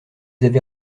avez